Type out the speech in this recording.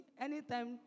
anytime